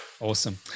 Awesome